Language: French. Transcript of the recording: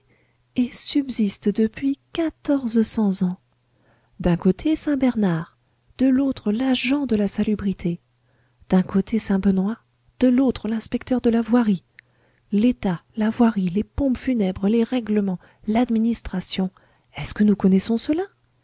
et subsiste depuis quatorze cents ans d'un côté saint bernard de l'autre l'agent de la salubrité d'un côté saint benoît de l'autre l'inspecteur de la voirie l'état la voirie les pompes funèbres les règlements l'administration est-ce que nous connaissons cela